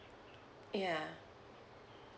ya